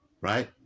right